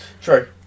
true